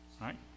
right